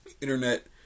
internet